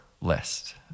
list